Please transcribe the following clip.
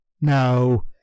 now